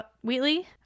Wheatley